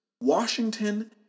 Washington